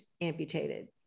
amputated